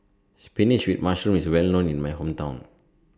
Spinach with Mushroom IS Well known in My Hometown